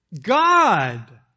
God